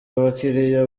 abakiliya